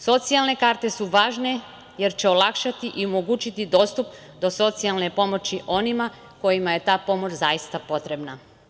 Socijalne karte su važne jer će olakšati i omogućiti pristup do socijalne pomoći onima kojima je ta pomoć zaista potrebna.